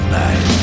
night